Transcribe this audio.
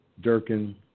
Durkin